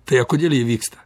tai a kodėl jie vyksta